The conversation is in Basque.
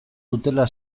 dutela